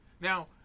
Now